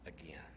again